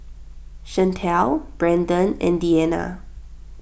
Shantell Brendon and Deanna